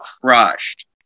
crushed